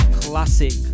classic